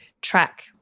track